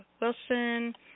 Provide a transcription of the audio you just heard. Wilson